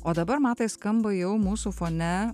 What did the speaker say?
o dabar matai skamba jau mūsų fone